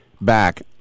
back